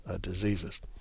diseases